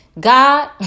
God